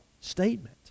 statement